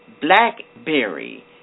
blackberry